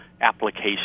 application